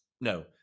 no